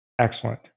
Excellent